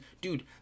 dude